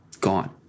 gone